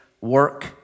work